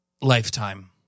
Lifetime